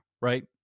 right